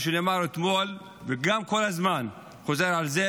מה שנאמר אתמול וכל הזמן הוא גם חוזר על זה,